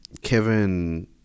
kevin